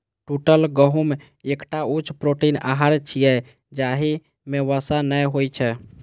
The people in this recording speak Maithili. टूटल गहूम एकटा उच्च प्रोटीन आहार छियै, जाहि मे वसा नै होइ छै